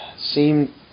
seem